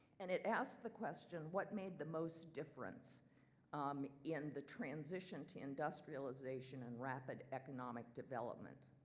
and it asked the question what made the most difference um in the transition to industrialization and rapid economic development?